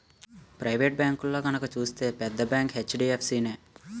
private బేంకుల్లో గనక సూత్తే పెద్ద బేంకు హెచ్.డి.ఎఫ్.సి నే